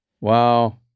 Wow